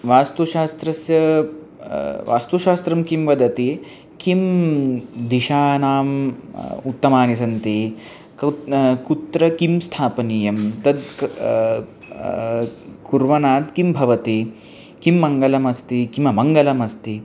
वास्तुशास्त्रस्य वास्तुशास्त्रं किं वदति किं दिशानाम् उत्तमानि सन्ति कुत्र कुत्र किं स्थापनीयं तत् क् करणात् किं भवति किं मङ्गलमस्ति किममङ्गलमस्ति